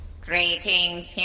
Greetings